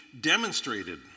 demonstrated